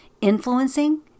influencing